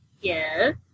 Yes